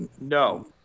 No